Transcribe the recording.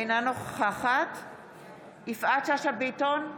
אינה נוכחת יפעת שאשא ביטון,